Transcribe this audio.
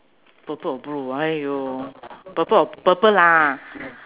purple or blue !aiyo! purple or purple lah